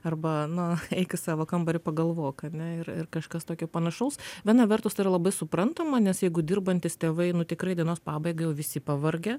arba nu eik į savo kambarį pagalvok ane ir ir kažkas tokio panašaus viena vertus tai yra labai suprantama nes jeigu dirbantys tėvai tikrai dienos pabaigai jau visi pavargę